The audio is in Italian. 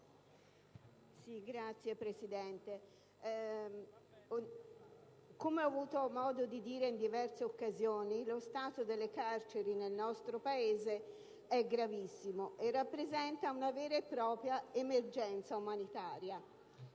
Signor Presidente, come ho avuto modo di dire in diverse occasioni lo stato dalle carceri nel nostro Paese è gravissimo e rappresenta una vera e propria emergenza umanitaria.